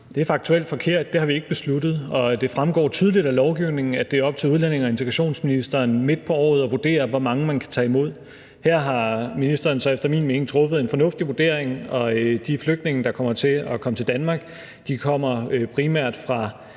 Det er faktuelt forkert. Det har vi ikke besluttet, og det fremgår tydeligt af lovgivningen, at det er op til udlændinge- og integrationsministeren midt på året at vurdere, hvor mange man kan tage imod. Her har ministeren så efter min mening foretaget en fornuftig vurdering, og de flygtninge, vi i Danmark kommer til at